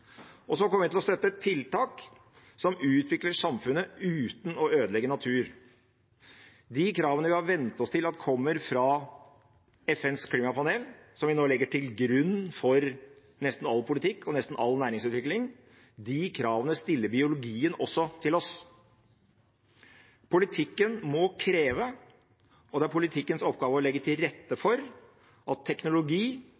Så kommer vi til å støtte tiltak som utvikler samfunnet uten å ødelegge natur. De kravene vi har vent oss til at kommer fra FNs klimapanel – som vi nå legger til grunn for nesten all politikk og nesten all næringsutvikling – stiller biologien også til oss. Politikken må kreve, og det er politikkens oppgave å legge til rette